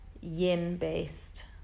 yin-based